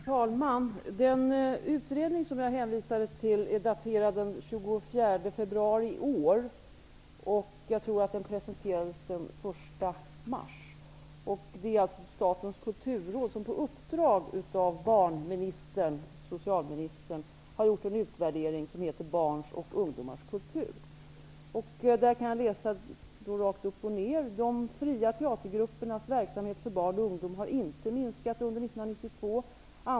Herr talman! Den utredning som jag hänvisade till är daterad den 24 februari i år. Jag tror att den presenterades den 1 mars. Det är alltså Statens kulturråd som på uppdrag av barnministern, dvs. socialministern, har gjort en utvärdering som heter Barns och ungdomars kultur. Jag läser direkt ur utvärderingen: De fria teatergruppernas verksamhet för barn och ungdom har inte minskat under 1992.